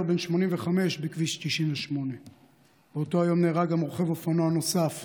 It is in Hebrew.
בן 85 בכביש 98. באותו היום נהרג גם רוכב אופנוע נוסף,